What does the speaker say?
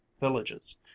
villages